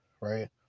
right